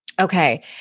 Okay